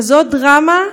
כזאת דרמה,